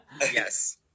yes